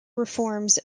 reforms